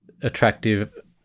attractive